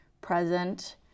present